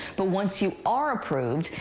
but once you are approved,